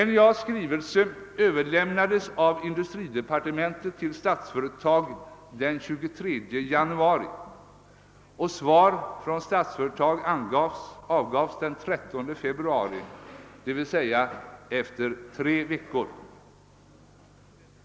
NJA:s skrivelse överlämnades av industridepartementet till Statsföretag den 23 januari, och svar från Statsföretag avgavs den 13 februari, d. v. s. efter tre veckor.